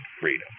freedom